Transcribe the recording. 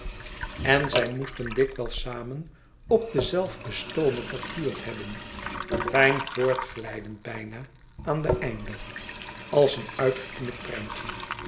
en zij moesten dikwijls samen op den zelfden stoomer getuurd hebben fijn voortglijdend bijna aan den einder als een uitgeknipt prentje